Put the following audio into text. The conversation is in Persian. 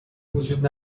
وجود